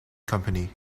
company